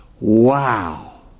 Wow